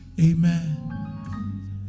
Amen